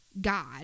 God